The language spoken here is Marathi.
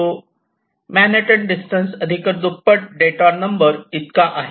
तो मॅनहॅटन डिस्टन्स अधिक दुप्पट डेटोर नंबर इतका आहे